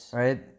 right